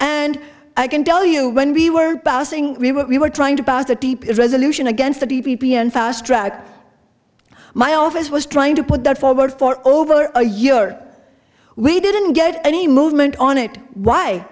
and i can tell you when we were passing we were trying to pass a deep resolution against the d p p and fast track my office was trying to put that forward for over a year we didn't get any movement on it why